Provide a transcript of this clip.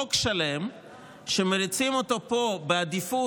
חוק שלם שמריצים אותו פה בעדיפות,